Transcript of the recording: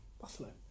Buffalo